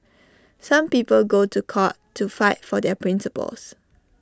some people go to court to fight for their principles